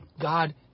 God